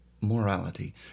morality